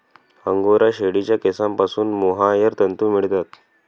angora शेळीच्या केसांपासून mohair तंतू मिळतात